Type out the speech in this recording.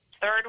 third